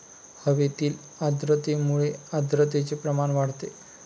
हवेतील आर्द्रतेमुळे आर्द्रतेचे प्रमाण वाढते